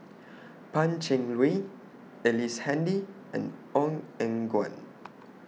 Pan Cheng Lui Ellice Handy and Ong Eng Guan